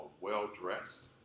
well-dressed